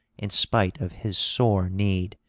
in spite of his sore need,